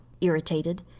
irritated